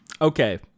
Okay